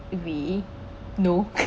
we no